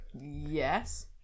Yes